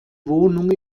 wohnung